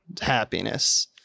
happiness